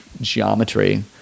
geometry